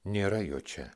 nėra jo čia